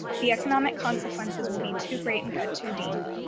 the economic consequences will be too great and cut too deep.